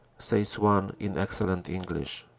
says one in excellent english.